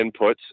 inputs